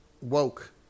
woke